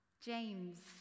James